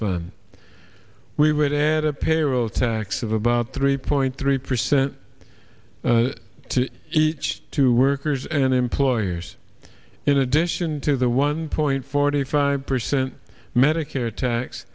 fund we would add a payroll tax of about three point three percent to each to workers and employers in addition to the one point forty five percent medicare tax